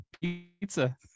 pizza